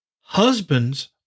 Husbands